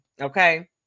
okay